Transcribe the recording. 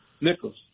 Nichols